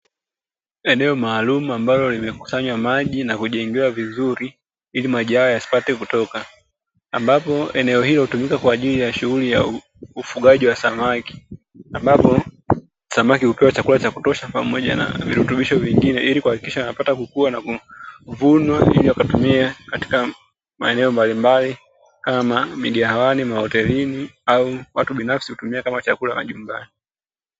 Eneo maalum ambalo limekusanywa maji na kujengewa vizuri ili maji hayo yasipate kutoka. Ambapo eneo hilo hutumika kwa ajili ya shughuli ya ufugaji wa samaki ambapo samaki hupewa chakula cha kutosha pamoja na virutubisho vingine ili kuhakikisha wanapata kukua na kuvunwa ili wakatumiwe katika maeneo mbalimbali kama migahawani, mahotelini au watu binafsi hutumia kama chakula majumbani.